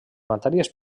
matèries